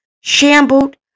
Shambled